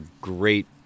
great